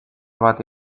bati